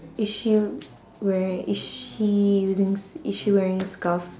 is she wearing is she using s~ is she wearing scarf